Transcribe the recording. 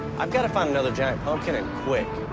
i've got to find another giant pumpkin and quick.